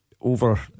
Over